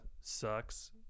sucks